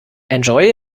enjoy